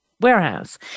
warehouse